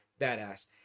badass